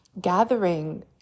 gathering